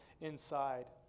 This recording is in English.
inside